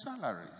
salary